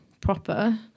proper